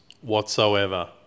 whatsoever